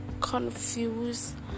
confused